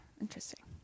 Interesting